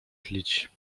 tlić